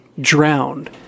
drowned